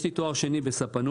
יש לי תואר שני בספנות.